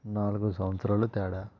నాలుగు సంవత్సరాలు తేడా